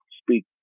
speak